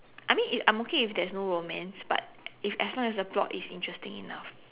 I mean it I'm okay if there's no romance but if as long as the plot is interesting enough